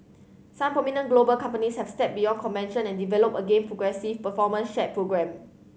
some prominent global companies have stepped beyond convention and developed again progressive performance share programme